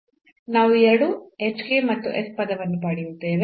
ನಾವು ಈ ಎರಡು hk ಮತ್ತು s ಪದವನ್ನು ಪಡೆಯುತ್ತೇವೆ